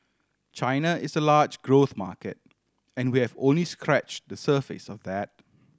China is a large growth market and we have only scratch the surface of that